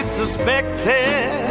suspected